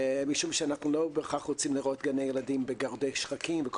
משום שאנחנו לא בהכרח רוצים לראות גני ילדים בגורדי שחקים וכל